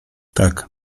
tak